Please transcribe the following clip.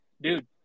dude